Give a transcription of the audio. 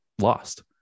lost